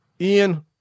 Ian